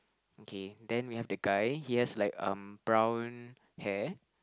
K then we have the guy he has like um brown hair